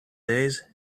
days